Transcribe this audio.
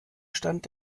stand